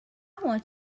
want